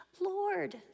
Lord